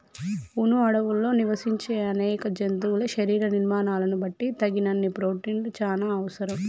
వును అడవుల్లో నివసించే అనేక జంతువుల శరీర నిర్మాణాలను బట్టి తగినన్ని ప్రోటిన్లు చానా అవసరం